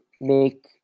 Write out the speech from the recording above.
make